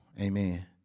Amen